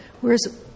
Whereas